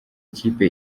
kipe